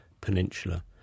Peninsula